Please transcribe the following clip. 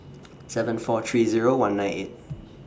seven four three Zero one nine eight